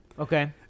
Okay